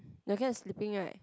the guy is sleeping right